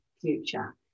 future